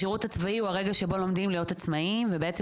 השירות הצבאי הוא הרגע שבו לומדים להיות עצמאיים ובעצם